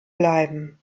bleiben